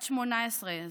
בת 18 במותה,